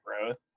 growth